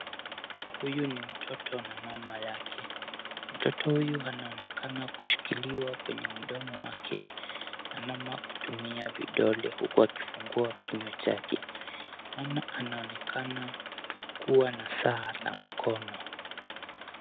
Huyu ni mtoto na mama yake. Mtoto huyu anaonekana kushikiliwa kwenye mdomo wake na mama kutumia vidole huku akifungua kinywa chake Mama anaonekana kuwa na saa la mkono.